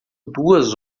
duas